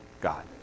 God